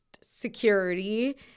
security